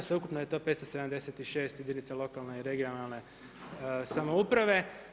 Sveukupno je to 576 jedinica lokalne i regionalne samouprave.